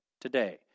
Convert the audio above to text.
today